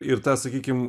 ir tą sakykim